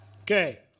Okay